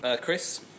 Chris